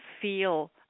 feel